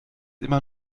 immer